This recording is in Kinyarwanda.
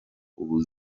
ubu